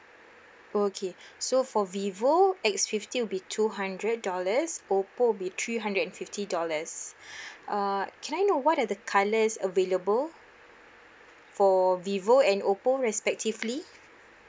okay so for vivo X fifty will be two hundred dollars oppo will be three hundred and fifty dollars uh can I know what are the colours available for vivo and oppo respectively